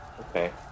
Okay